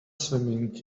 swimming